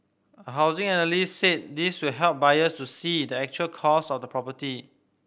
a housing analyst said this will help buyers to see the actual cost of the property